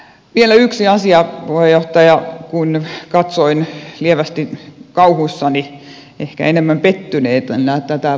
vielä yksi asia puheenjohtaja kun katsoin lievästi kauhuissani tai ehkä enemmän pettyneenä tätä voimaantuloa